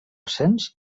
ascens